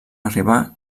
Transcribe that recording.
arribar